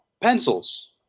Pencils